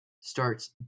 starts